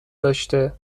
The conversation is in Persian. داشته